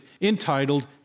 entitled